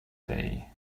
day